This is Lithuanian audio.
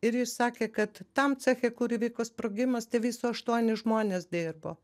ir jis sakė kad tam ceche kur įvyko sprogimas tai viso aštuoni žmonės dirbo